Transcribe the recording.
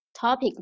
topic